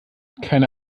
keine